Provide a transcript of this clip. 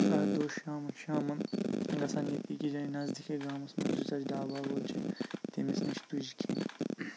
شام شامَن گَژھان ییٚتہِ أکِس جایہِ نَزدیٖکٕے گامَس منٛز یُس اَسہِ ڈابا وٲلۍ چھِ تٔمِس نِش تُجہِ کھیٚنۍ